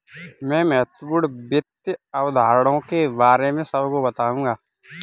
मैं महत्वपूर्ण वित्त अवधारणाओं के बारे में सबको बताऊंगा